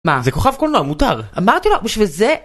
מה? זה כוכב קולנוע, מותר! אמרתי לו, בשביל זה...